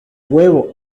huevo